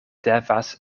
devas